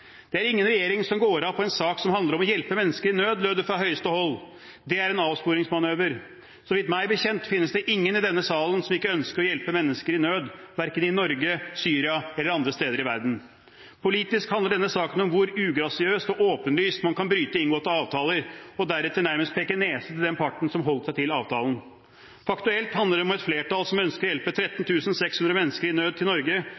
Det er ingen regjering som går av på en sak som handler om å hjelpe mennesker i nød, lød det fra høyeste hold. Det er en avsporingsmanøver. Meg bekjent finnes det ingen i denne salen som ikke ønsker å hjelpe mennesker i nød, verken i Norge, Syria eller andre steder i verden. Politisk handler denne saken om hvor ugrasiøst og åpenlyst man kan bryte inngåtte avtaler, og deretter nærmest peke nese på den parten som holdt seg til avtalen. Fakta i dette handler om et flertall som ønsker å hjelpe 13 600 mennesker i nød til Norge,